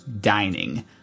Dining